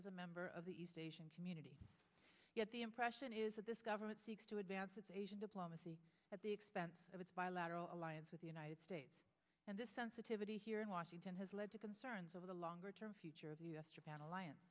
as a member of the east asian community yet the impression is that this government seeks to advance its asian diplomacy at the expense of its bilateral alliance with the united states and this sensitivity here in washington has led to concerns over the longer term future of u s or pan alliance